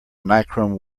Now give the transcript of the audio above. nichrome